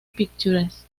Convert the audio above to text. pictures